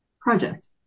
project